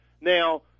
Now